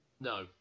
No